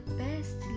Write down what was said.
best